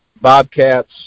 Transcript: Bobcats